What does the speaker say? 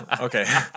Okay